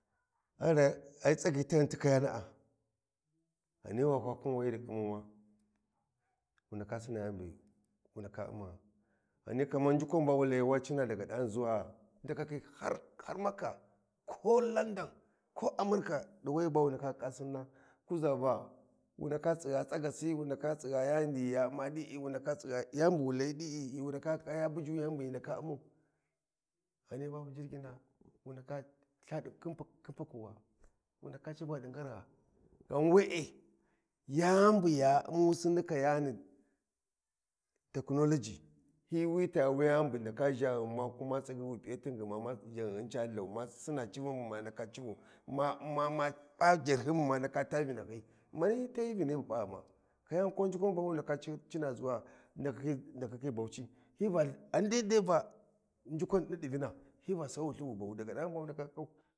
ai tsagi taghun ti kaya ghani wa kwa khain wayi ci kimu ma wa ndaka sina yani buwu ndake w’mau ghani Kaman ndukwa ba wu layi wa cina daga da har zuwa ndakakhi har makka, ko landum ko amerika diwe bawu ndake khiku sinnan kuza vawu ndaka khika sinna, kuza vawu ndake tsigha tsagasi wu ndake tsagha yani buwu layi di wu ndake khika ya buju yani hi ndake umau mu wu ndake civa din gar gha ghan wee yani buya u musi ni kayani technology hi wita wuyani bu ndake ghaghun ma kuma tsagi wi piyati ghima ghanghan ca ihau ma simagma civun buma ndake taa vivace ma mani hi tahi vinahi bu p’aghuma kaya ni ko njukwana bawu dake cina zuwa nakekhi Bauchi njukwan nidi vina hiva sai wu thu bawu